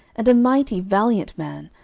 and a mighty valiant man,